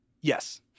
Yes